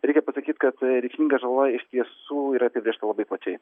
reikia pasakyt kad reikšminga žala iš tiesų yra apibrėžta labai plačiai